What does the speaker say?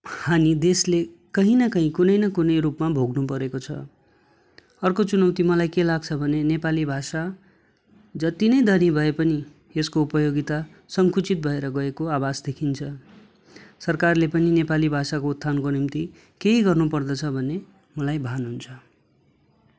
हानी देशले कहीँ न कहीँ कुनै न कुनै रूपमा भोग्नु परेको छ अर्को चुनौती मलाई के लाग्छ भने नेपाली भाषा जति नै धनी भए पनि यसको उपयोगिता सङ्कुचित भएर गएको आभास देखिन्छ सरकारले पनि नेपाली भाषाको उत्थानको निम्ति केही गर्नु पर्छ भन्ने मलाई भान हुन्छ